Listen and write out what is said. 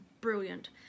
brilliant